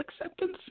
acceptance